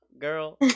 Girl